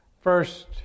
First